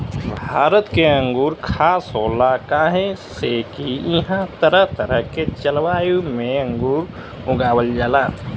भारत के अंगूर खास होला काहे से की इहां तरह तरह के जलवायु में अंगूर उगावल जाला